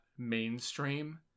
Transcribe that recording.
mainstream